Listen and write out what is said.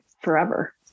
forever